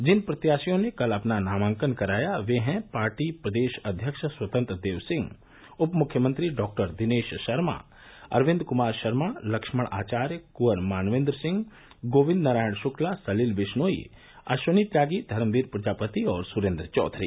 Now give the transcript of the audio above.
जिन प्रत्याशियों ने कल अपना नामांकन कराया वे हैं पार्टी प्रदेश अध्यक्ष स्वतंत्र देव सिंह उप मुख्यमंत्री डॉक्टर दिनेश शर्मा अरविन्द कुमार शर्मा लक्ष्मण आचार्य कुॅवर मान्वेन्द्र सिंह गोविन्द नारायण शुक्ला सलिल बिश्नोई अश्वनी त्यागी धर्मवीर प्रजापति और सुरेन्द्र चौधरी